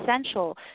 essential